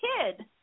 kid